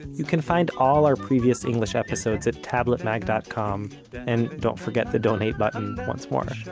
you can find all our previous english episodes at tabletmag dot com and don't forget the donate button, once more.